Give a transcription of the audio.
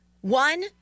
One